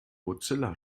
mozilla